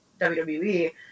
WWE